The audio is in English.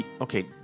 Okay